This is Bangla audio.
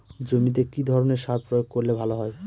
জমিতে কি ধরনের সার প্রয়োগ করলে ভালো হয়?